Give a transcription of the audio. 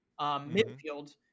midfield